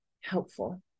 helpful